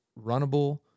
runnable